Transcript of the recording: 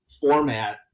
format